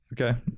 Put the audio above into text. Okay